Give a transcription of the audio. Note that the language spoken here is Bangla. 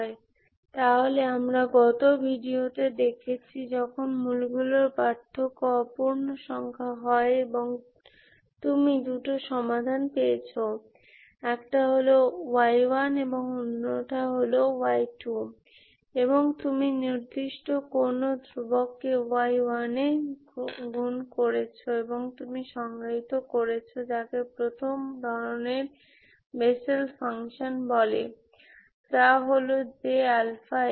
সুতরাং আমরা গত ভিডিওতে দেখেছি যখন রুটগুলির পার্থক্য অ পূর্ণসংখ্যা হয় এবং তুমি দুটি সমাধান পেয়েছ একটি হল y1 এবং অন্যটি হল y2 এবং তুমি নির্দিষ্ট কোন ধ্রুবককে y1 তে গুণ করেছ এবং তুমি সংজ্ঞায়িত করেছো যাকে প্রথম ধরনের বেসেল ফাংশান বলে যা হল J